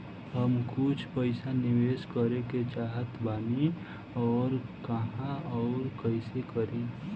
हम कुछ पइसा निवेश करे के चाहत बानी और कहाँअउर कइसे करी?